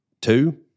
two